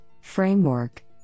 framework